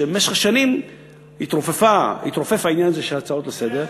שבמשך השנים התרופף העניין הזה של הצעות לסדר-היום,